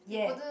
ya